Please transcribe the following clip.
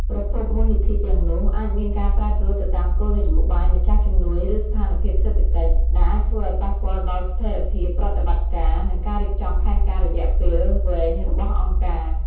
ប្រភពមូលនិធិទាំងនោះ អាចមានការប្រែប្រួលទៅតាមគោលនយោបាយម្ចាស់ជំនួយឬស្ថានភាពសេដ្ឋកិច្ច ដែលអាចធ្វើឲ្យប៉ះពាល់ដល់ស្ថិរភាពប្រតិបត្តិការ និងការរៀបចំផែនការរយៈពេលវែងរបស់អង្គការ។